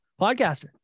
podcaster